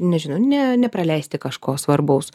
nežinau ne nepraleisti kažko svarbaus